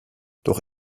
doch